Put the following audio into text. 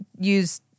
use